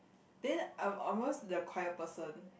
then I'm almost the quiet person